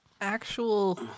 Actual